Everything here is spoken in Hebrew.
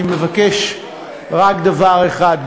אני מבקש רק דבר אחד,